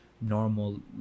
normal